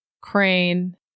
Crane